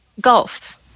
Golf